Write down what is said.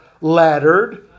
laddered